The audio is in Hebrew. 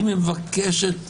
היא מבקשת